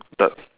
the